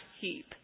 heap